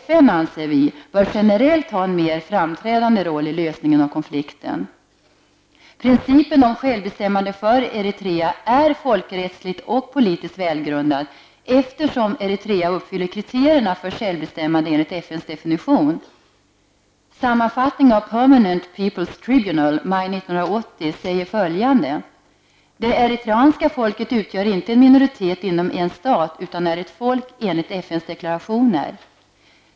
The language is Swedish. Vi anser att FN generellt bör ha en mer framträdande roll i lösningen av konflikten. Principen om självbestämmande för Eritrea är folkrättsligt och politiskt välgrundad, eftersom Eritrea uppfyller kriterierna för självbestämmande enligt FNs definition. Jag skall göra en sammanfattning av Permanent * Det eritreanska folket utgör inte en minoritet inom en stat utan är ett folk, enligt FNs deklarationer.